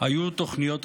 היו תוכניות אחרות.